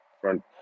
front